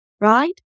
right